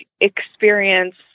experience